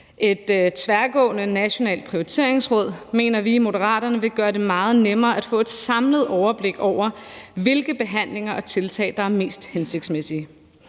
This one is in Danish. Et tværgående nationalt prioriteringsråd mener vi i Moderaterne vil gøre det meget nemmere at få et samlet overblik over, hvilke behandlinger og tiltag der er mest hensigtsmæssige.